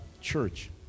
church